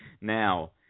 Now